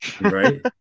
Right